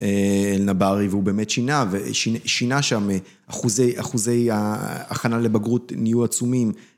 נבארי והוא באמת שינה, ושינה שם, אחוזי הכנה לבגרות נהיו עצומים.